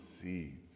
seeds